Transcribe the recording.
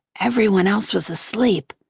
everyone else was asleep.